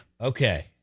Okay